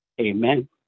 Amen